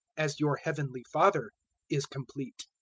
as your heavenly father is complete.